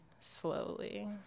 slowly